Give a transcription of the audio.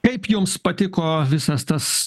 kaip jums patiko visas tas